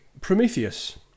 Prometheus